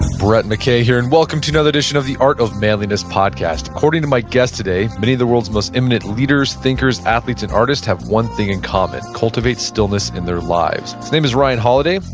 brett mckay here and welcome to another edition of the art of manliness podcast. according to my guest today, many of the world's most eminent leaders, thinkers, athletes, and artists, have one thing in common, cultivate stillness in their lives. his name is ryan holiday,